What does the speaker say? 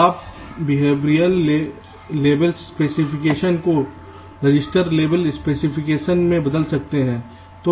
आप behavioural level specification को register लेबल स्पेसिफिकेशन में बदल सकते हैं